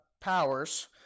powers